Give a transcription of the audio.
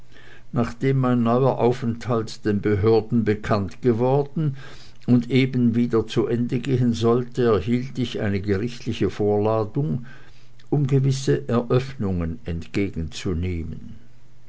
nachdem mein neuer aufenthalt den behörden bekannt geworden und eben wieder zu ende gehen sollte erhielt ich eine gerichtliche vorladung um gewisse eröffnungen entgegenzunehmen